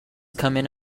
coming